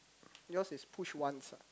yours is push once